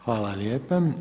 Hvala lijepa.